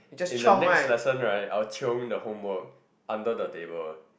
in the next lesson right I will chiong the homework under the table